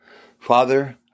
Father